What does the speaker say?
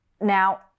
Now